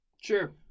Sure